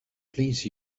please